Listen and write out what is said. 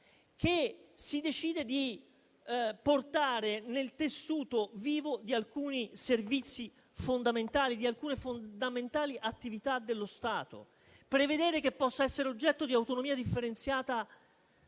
che si decide di portare nel tessuto vivo di alcuni servizi fondamentali, di alcune fondamentali attività dello Stato. Prevedere che possa essere oggetto di autonomia differenziata